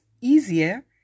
easier